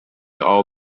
all